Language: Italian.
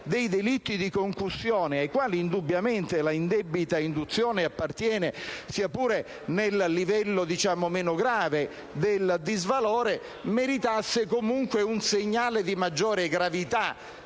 dei delitti di concussione, ai quali indubbiamente l'indebita induzione appartiene sia pure nel livello meno grave del disvalore, meritasse comunque un segnale di maggiore gravità